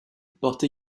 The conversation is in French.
porte